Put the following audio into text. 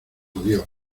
adiós